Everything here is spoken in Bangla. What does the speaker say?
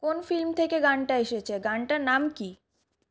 কোন ফিল্ম থেকে গানটা এসেছে গানটার নাম কী